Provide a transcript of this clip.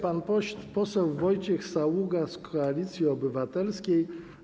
Pan poseł Wojciech Saługa z Koalicji Obywatelskiej.